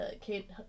Kate